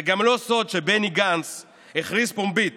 זה גם לא סוד שבני גנץ הכריז פומבית